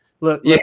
Look